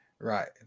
Right